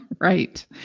Right